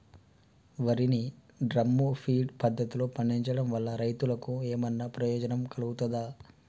వరి ని drum feed పద్ధతిలో పండించడం వల్ల రైతులకు ఏమన్నా ప్రయోజనం కలుగుతదా?